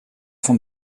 fan